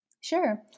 Sure